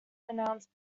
announced